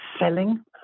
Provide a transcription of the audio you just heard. selling